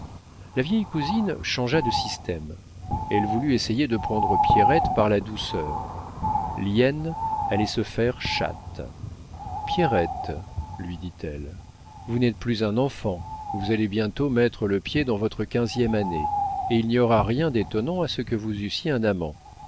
la vieille cousine changea de système elle voulut essayer de prendre pierrette par la douceur l'hyène allait se faire chatte pierrette lui dit-elle vous n'êtes plus un enfant vous allez bientôt mettre le pied dans votre quinzième année et il n'y aurait rien d'étonnant à ce que vous eussiez un amant